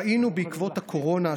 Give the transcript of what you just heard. ראינו בעקבות הקורונה,